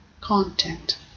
content